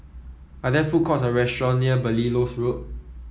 are there food courts or restaurant near Belilios Road